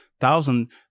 thousand